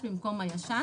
החדש במקום הישן.